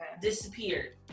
Disappeared